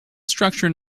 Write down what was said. structure